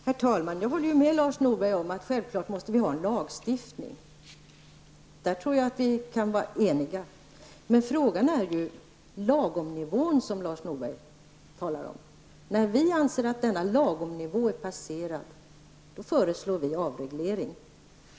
Herr talman! Jag håller med Lars Norberg om att vi självfallet måste ha en lagstiftning. Jag tror att vi kan vara eniga om det. Men frågan är ju vilken nivå som är lagom, vilket Lars Norberg talade om. När vi anser att denna nivå är passerad föreslår vi avreglering.